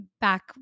back